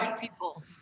people